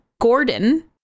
Gordon